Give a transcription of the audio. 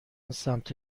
سمت